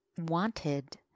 wanted